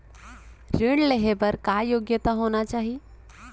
ऋण लेहे बर का योग्यता होना चाही?